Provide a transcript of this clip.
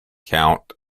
count